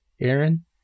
Aaron